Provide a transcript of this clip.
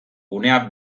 gunea